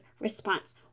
response